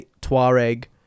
tuareg